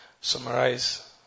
summarize